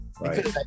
Right